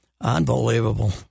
Unbelievable